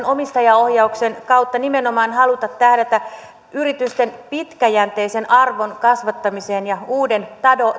omistajaohjauksen kautta nimenomaan haluta tähdätä yritysten pitkäjänteisen arvon kasvattamiseen ja uuden